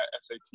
SAT